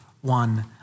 one